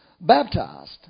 baptized